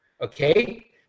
okay